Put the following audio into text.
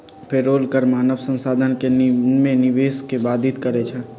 payroll कर मानव संसाधन में निवेश के बाधित करइ छै